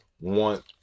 One